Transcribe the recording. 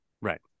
Right